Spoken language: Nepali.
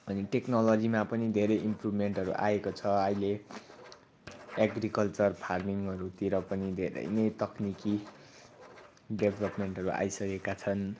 अनि टेक्नोलोजीमा पनि धेरै इम्प्रुभमेन्टहरू आएको छ अहिले एग्रिकल्चर फार्मिङहरूतिर पनि धेरै नै तक्निकी डेभलपमेन्टहरू आइसकेका छन्